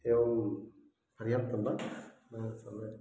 एवं पर्याप्तं वा न सम्यक्